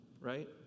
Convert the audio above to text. right